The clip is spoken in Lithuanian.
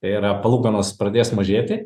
tai yra palūkanos pradės mažėti